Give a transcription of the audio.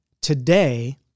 today